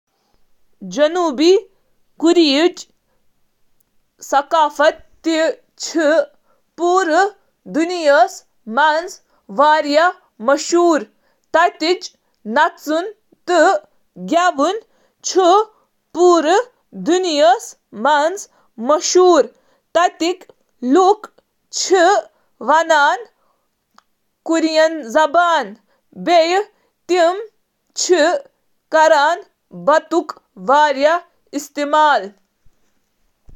جنوبی کوریا ہنٛز ثقافت چِھ واریاہ عوامل سۭتۍ متٲثر، بشمول کنفیوشس ازم، جوزون خاندان، تہٕ روایتی کوریائی ثقافت: جنوبی کوریا چُھ ثقافت تہٕ روایتن منٛز جڑتھ۔ خاندان چھُ ثقافتُک ساروِی کھۄتہٕ اَہَم پہلو ییٚتہِ مول گَرُک سربراہ چھُ۔